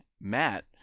Matt